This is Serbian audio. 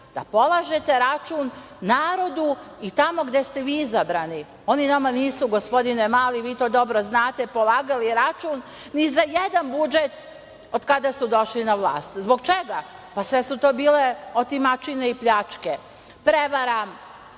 da polažete račun narodu i tamo gde ste vi izabrani. Oni nama nisu, gospodine Mali, vi to dobro znate, polagali račun ni za jedan budžet od kada su došli na vlast. Zbog čega? Pa, sve su to bile otimačine i pljačke, prevara